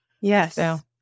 Yes